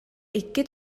икки